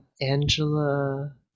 Angela